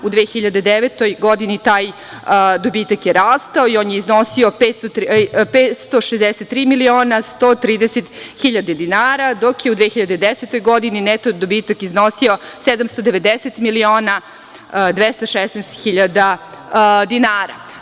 U 2009. godini taj dobitak je rastao i on je iznosio 563 miliona 130 hiljada dinara, dok je u 2010. godini neto dobitak iznosio 790 miliona 216 hiljada dinara.